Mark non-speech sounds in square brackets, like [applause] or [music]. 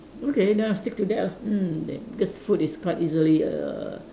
okay then I'll stick to that lah mm [noise] because food is quite easily err